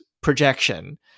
projection